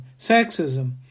sexism